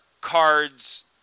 cards